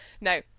No